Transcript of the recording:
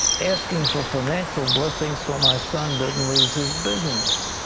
asking for financial blessings so my son doesn't lose his business.